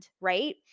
right